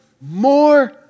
more